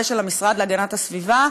ושל המשרד להגנת הסביבה,